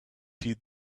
heed